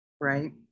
right